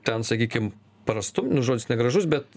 ten sakykim prastumt nu žodis negražus bet